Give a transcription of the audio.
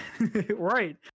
right